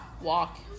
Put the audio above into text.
walk